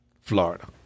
Florida